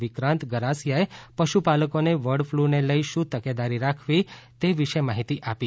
વિક્રાંત ગરાસીયાએ પશુપાલકોને બર્ડફલૂને લઇ શુ તકેદારી રાખવી તે વિશે માહિતી આપી